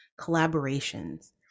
collaborations